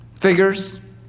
figures